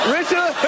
Richard